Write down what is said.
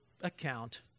account